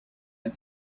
and